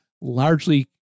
largely